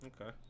Okay